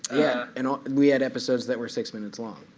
yeah and um we had episodes that were six minutes long.